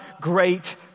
great